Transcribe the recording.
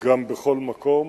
גם בכל מקום.